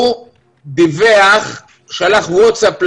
הוא אמנם שלח ווטסאפ ללקוחות,